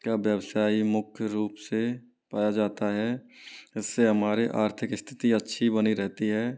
का व्यवसाय मुख्य रूप से पाया जाता है इस से हमारे आर्थिक स्थिति अच्छी बनी रहती है